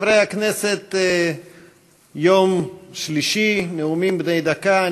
חברי הכנסת, יום שלישי, נאומים בני דקה.